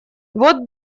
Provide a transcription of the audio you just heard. вот